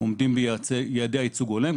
עומדים ביעדי הייצוג ההולם.